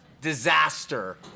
disaster